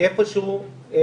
כי איפה שהוא נעלמנו.